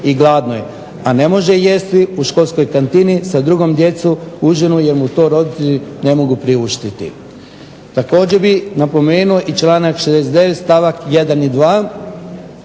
a ne može jesti u školskoj kantini sa drugom djecu užinu jer mu to roditelji ne mogu priuštiti. Također bih napomenuo i članak 69. stavak 1. i 2.